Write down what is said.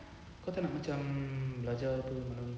kau tak nak macam belajar [pe]